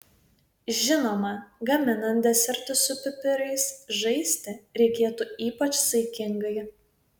žinoma gaminant desertus su pipirais žaisti reikėtų ypač saikingai